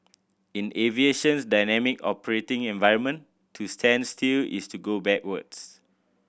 in aviation's dynamic operating environment to stand still is to go backwards